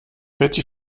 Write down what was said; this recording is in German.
betty